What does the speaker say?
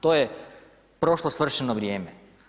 To je prošlo svršeno vrijeme.